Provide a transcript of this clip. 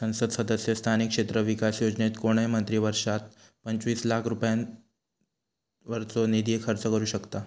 संसद सदस्य स्थानिक क्षेत्र विकास योजनेत कोणय मंत्री वर्षात पंचवीस लाख रुपयांपर्यंतचो निधी खर्च करू शकतां